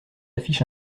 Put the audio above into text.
affiche